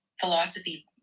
philosophy